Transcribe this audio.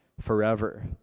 forever